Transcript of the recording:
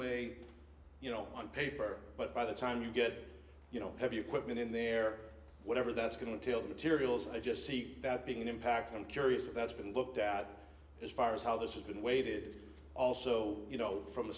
way you know on paper but by the time you get you know heavy equipment in there whatever that's going till the materials and i just see that being an impact i'm curious if that's been looked at as far as how this is going weighted also you know from the